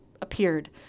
appeared